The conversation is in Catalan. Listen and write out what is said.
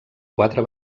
quatre